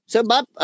Sebab